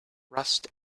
rust